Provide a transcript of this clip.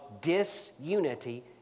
disunity